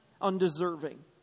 undeserving